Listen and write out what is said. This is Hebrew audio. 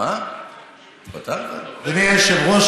אדוני היושב-ראש,